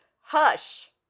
Hush